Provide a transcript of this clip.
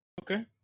Okay